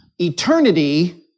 eternity